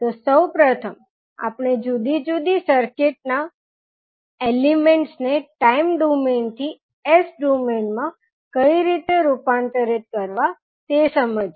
તો સૌપ્રથમ આપણે જુદી જુદી સર્કિટ નાં એલીમેન્ટસ ને ટાઇમ ડોમેઇન થી S ડોમેઇન માં રૂપાંતરિત કઈ રીતે કરવા તે સમજીએ